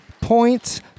points